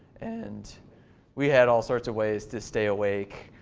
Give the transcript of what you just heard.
and we had all sorts of ways to stay awake.